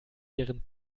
ihren